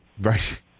Right